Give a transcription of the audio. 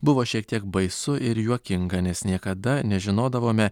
buvo šiek tiek baisu ir juokinga nes niekada nežinodavome